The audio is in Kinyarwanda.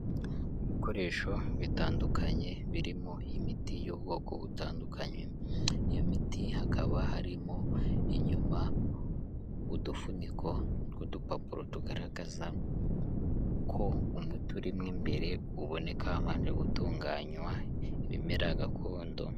Ibikoresho bitandukanye birimo imiti y'ubwoko butandukanye, iyo miti hakaba harimo inyuma udufuniko tw'udupapuro tugaragaza ko umuti urimo imbere uboneka habanje gutunganywa ibimera gakondo.